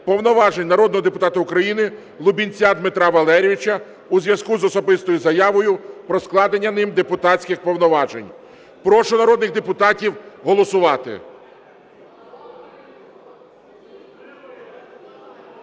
повноважень народного депутата України Лубінця Дмитра Валерійовича у зв'язку з особистою заявою про складення ним депутатських повноважень. Прошу народних депутатів голосувати.